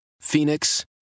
Phoenix